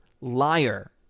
liar